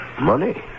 money